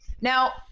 Now